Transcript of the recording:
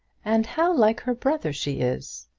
and how like her brother she is!